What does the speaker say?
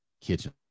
kitchen